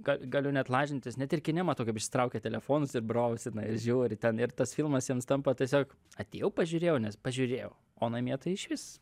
ką galiu net lažintis net ir kine matau kaip išsitraukia telefonus ir brousina ir žiūri ten ir tas filmas jiems tampa tiesiog atėjau pažiūrėjau nes pažiūrėjau o namie tai išvis